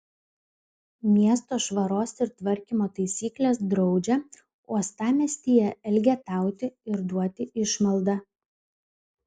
miesto švaros ir tvarkymo taisyklės draudžia uostamiestyje elgetauti ir duoti išmaldą